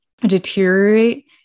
deteriorate